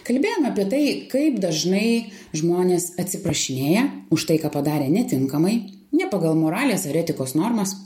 kalbėjome apie tai kaip dažnai žmonės atsiprašinėja už tai ką padarė netinkamai ne pagal moralės ar etikos normas